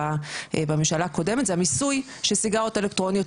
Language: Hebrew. בממשלה הקודמת זה מיסוי של סיגריות אלקטרוניות,